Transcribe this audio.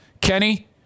Kenny